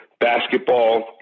basketball